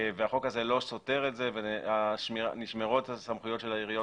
והחוק הזה לא סותר את זה ונשמרות הסמכויות של העיריות